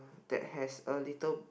that has a little